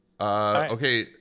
Okay